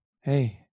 hey